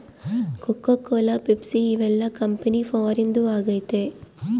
cocoa Cola Pepsi ಇವೆಲ್ಲ company ಫಾರಿನ್ದು ಆಗೈತೆ